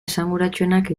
esanguratsuenak